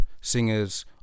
Singers